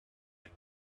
your